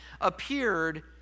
appeared